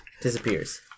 disappears